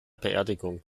beerdigung